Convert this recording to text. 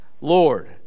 Lord